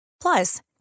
Plus